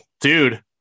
dude